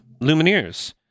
Lumineers